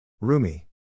Rumi